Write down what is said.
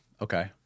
Okay